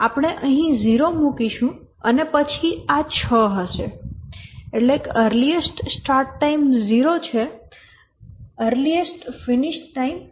આપણે અહીં 0 મૂકીશું અને પછી આ 6 હશે અર્લીએસ્ટ સ્ટાર્ટ ટાઈમ 0 છે અર્લીએસ્ટ ફિનિશ ટાઈમ 6